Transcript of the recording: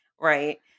right